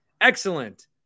excellent